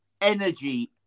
energy